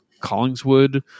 Collingswood